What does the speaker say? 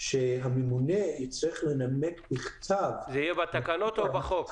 שהממונה יצטרך לנמק בכתב --- זה יהיה בתקנות או בחוק?